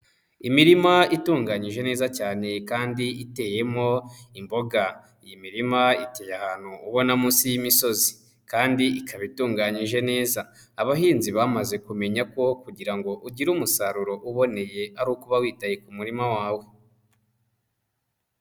Imirima itunganyije neza cyane kandi iteyemo imboga, iyi mirima iteye ahantu ubona munsi y'imisozi kandi ikaba itunganyije neza, abahinzi bamaze kumenya ko kugira ngo ugire umusaruro uboneye ari ukuba witaye ku murima wawe.